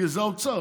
כי זה האוצר.